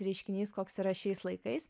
reiškinys koks yra šiais laikais